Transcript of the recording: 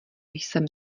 jsem